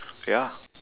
ya